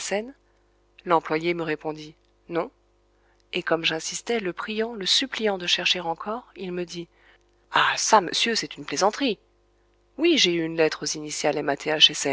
l'employé me répondit non et comme j'insistais le priant le suppliant de chercher encore il me dit ah ça monsieur c'est une plaisanterie oui j'ai eu une lettre aux initiales